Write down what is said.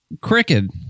crooked